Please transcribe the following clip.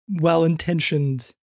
Well-intentioned